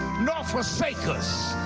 not forsake us,